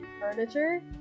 furniture